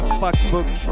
fuckbook